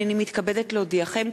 הנני מתכבדת להודיעכם,